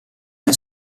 una